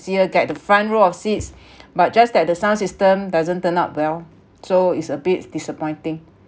see her get the front row of seats but just that the sound system doesn't turn out well so it's a bit disappointing